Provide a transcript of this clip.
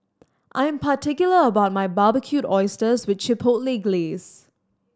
I'm particular about my Barbecued Oysters with Chipotle Glaze